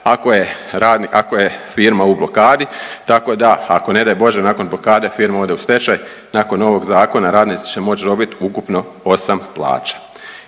ako je firma u blokadi, tako da ako ne daj Bože nakon blokade firma ode u stečaj nakon ovog zakona radnici će moć dobit ukupno 8 plaća.